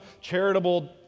charitable